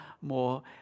more